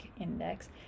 index